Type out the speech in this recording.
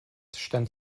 stand